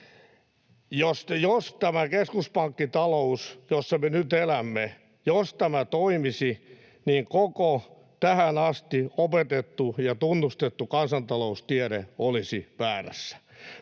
Jos tämä keskuspankkitalous, jossa me nyt elämme, toimisi, niin koko tähän asti opetettu ja tunnustettu kansantaloustiede olisi väärässä,